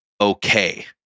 okay